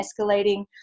escalating